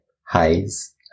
highs